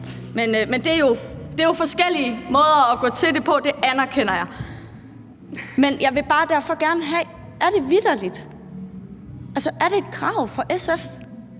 Men det er jo forskellige måder at gå til det på, det anerkender jeg. Men jeg vil derfor bare gerne høre: Er det vitterlig et krav for SF